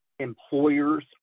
employers